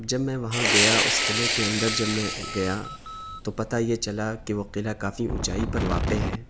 جب میں وہاں گیا اس قلعے کے اندر جب میں گیا تو پتہ یہ چلا کہ وہ قلعہ کافی اونچائی پر واقع ہے